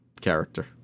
character